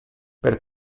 per